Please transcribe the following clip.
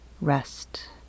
rest